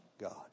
God